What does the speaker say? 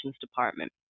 department